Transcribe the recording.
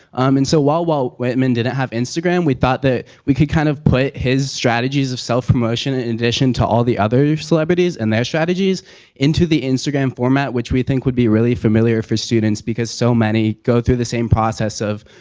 um and so while walt whitman didn't have instagram, we thought that we could kind of put his strategies of self promotion in addition to all the other celebrities and their strategies into the instagram format, which we think would be really familiar for students, because so many go through the same process of,